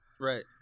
right